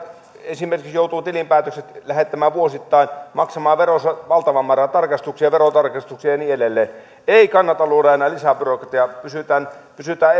esimerkiksi joutuu tilinpäätökset lähettämään vuosittain maksamaan veroissa valtavan määrän tarkastuksia verotarkastuksia ja niin edelleen ei kannata luoda enää lisää byrokratiaa pysytään pysytään